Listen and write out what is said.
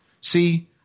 See